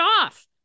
off